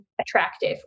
attractive